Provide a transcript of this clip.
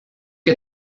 you